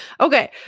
Okay